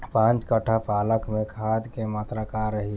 पाँच कट्ठा पालक में खाद के मात्रा का रही?